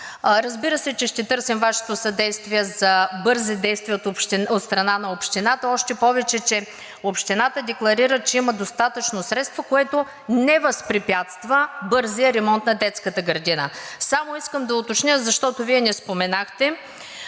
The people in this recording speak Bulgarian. Разбира се, че ще търсим Вашето съдействие за бързи действия от страна на Общината, още повече, че Общината декларира, че има достатъчно средства, което не възпрепятства бързия ремонт на детската градина. Само искам да уточня, защото Вие не споменахте